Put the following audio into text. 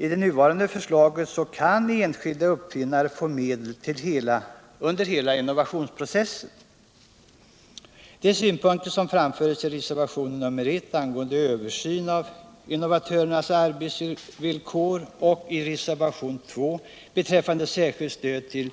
I det nuvarande förslaget kan enskilda uppfinnare få medel under hela innovationsprocessen. De synpunkter som framförs i reservation 1 angående översyn av innovatörernas arbetsvillkor och i reservation 2 beträffande särskilt stöd till